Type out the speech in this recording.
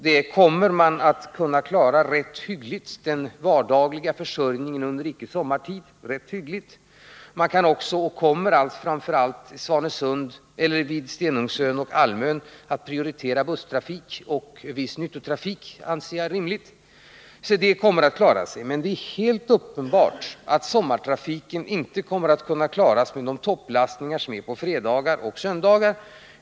Med denna kapacitet klaras ganska hyggligt den vardagliga försörjningen under icke sommartid. Vid Stenungsön och Almön kommer också busstrafiken och viss nyttotrafik att prioriteras — och det anser jag är rimligt. Denna trafik klarar man alltså, men det är helt uppenbart att sommartrafiken inte kommer att kunna klaras med de toppbelastningar som förekommer på fredagar och söndagar.